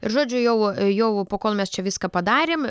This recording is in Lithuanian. ir žodžiu jau jau pakol mes čia viską padarėm